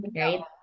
right